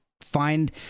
find